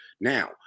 Now